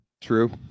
true